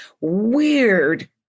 weird